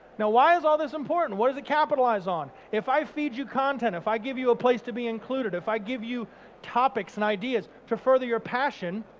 now, why is all this important? what does it capitalise on? if i feed you content, if i give you a place to be included, if i give you topics and ideas to further your passion,